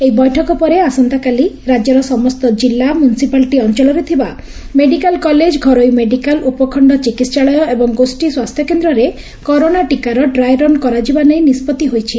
ଏହି ବୈଠକ ପରେ ଆସନ୍ତାକାଲି ରାଜ୍ୟର ସମସ୍ତ କିଲ୍କୁ ମ୍ୟୁନିସିପାଲିଟି ଅଅଳରେ ଥିବା ମେଡିକାଲ କଲେଜ ଘରୋଇ ମେଡିକାଲ ଉପଖଣ ଚିକିହାଳୟ ଏବଂ ଗୋଷୀ ସ୍ୱାସ୍ଥ୍ୟ କେନ୍ଦ୍ରରେ କରୋନା ଚିକାର ଡ୍ରାଏ ରନ୍ କରାଯିବା ନେଇ ନିଷ୍ବତ୍ତି ହୋଇଛି